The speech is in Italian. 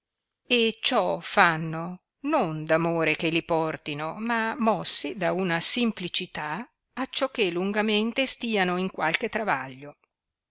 e ciò fanno non d'amore che li portino ma mossi da una simplicità acciò che lungamente stiano in qualche travaglio